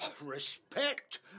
Respect